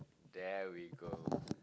there we go